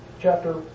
chapter